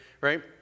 right